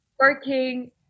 working